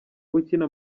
ukina